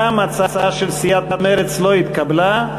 גם ההצעה של סיעת מרצ לא התקבלה.